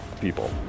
people